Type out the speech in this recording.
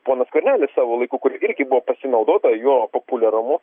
ponas skvernelis savo laiku kur irgi buvo pasinaudota jo populiarumu